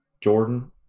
Jordan